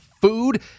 food